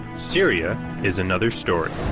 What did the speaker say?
syria is another story.